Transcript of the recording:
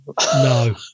No